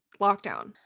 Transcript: lockdown